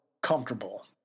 comfortable